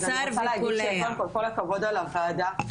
אז אני רוצה להגיד, קודם כל, כל הכבוד על הועדה.